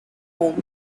home